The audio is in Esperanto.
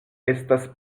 estas